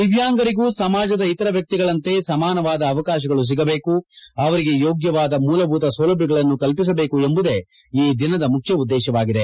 ದಿವ್ಯಾಂಗರಿಗೂ ಸಮಾಜದ ಇತರ ವ್ಯಕ್ತಿಗಳಂತೆ ಸಮಾನವಾದ ಅವಕಾಶಗಳು ಸಿಗಬೇಕು ಅವರಿಗೆ ಯೋಗ್ಯವಾದ ಮೂಲಭೂತ ಸೌಲಭ್ಯಗಳನ್ನು ಕಲ್ಪಿಸಬೇಕು ಎಂಬುದೇ ಈ ದಿನದ ಮುಖ್ಯ ಉದ್ದೇಶವಾಗಿದೆ